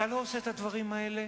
אתה לא עושה את הדברים האלה,